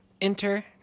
enter